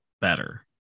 better